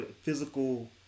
physical